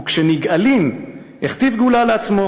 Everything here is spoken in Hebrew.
וכשנגאלים הכתיב גאולה לעצמו,